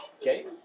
Okay